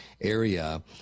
area